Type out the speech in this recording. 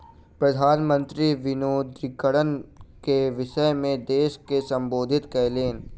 प्रधान मंत्री विमुद्रीकरण के विषय में देश के सम्बोधित कयलैन